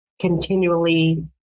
continually